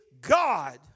God